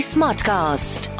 Smartcast